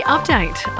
Update